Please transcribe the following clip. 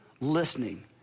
listening